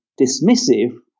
dismissive